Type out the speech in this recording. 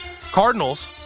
Cardinals